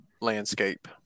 landscape